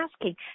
asking